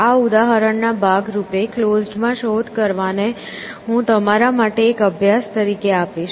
આ ઉદાહરણ ના ભાગ રૂપે ક્લોઝડ માં શોધ કરવાને હું તમારા માટે એક અભ્યાસ તરીકે આપીશ